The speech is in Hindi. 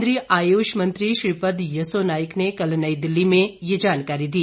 केन्द्रीय आयुष मंत्री श्रीपद येसो नाइक ने कल नई दिल्ली के यह जानकारी दी